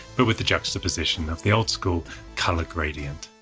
but with the juxtaposition of the old school color gradient.